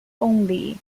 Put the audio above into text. only